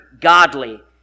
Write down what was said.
godly